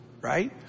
right